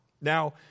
Now